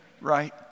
right